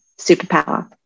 superpower